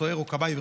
סוהר או כבאי,